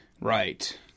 right